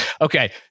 Okay